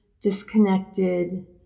disconnected